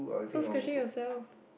so scratching yourself